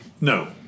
No